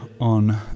on